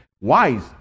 wise